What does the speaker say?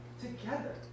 together